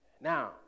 now